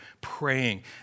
praying